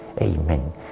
amen